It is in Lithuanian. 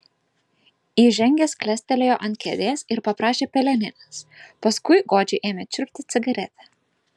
įžengęs klestelėjo ant kėdės ir paprašė peleninės paskui godžiai ėmė čiulpti cigaretę